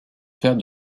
faire